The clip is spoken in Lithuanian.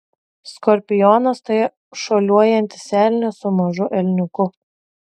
skorpionas tai šuoliuojantis elnias su mažu elniuku